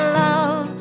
love